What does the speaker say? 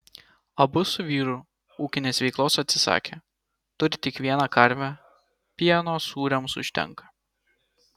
abu su vyru ūkinės veiklos atsisakė turi tik vieną karvę pieno sūriams užtenka